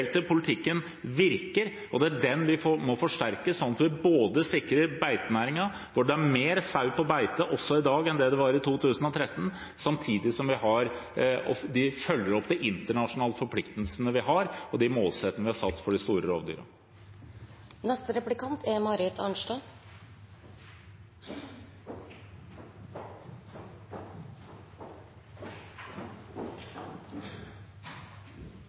todelte politikken virker. Og det er den vi må forsterke, slik at vi sikrer beitenæringen – for det er flere sauer på beite i dag enn det det var i 2013 – samtidig som vi følger opp de internasjonale forpliktelsene vi har, og de målsettingene vi har satt for de store rovdyrene. Det er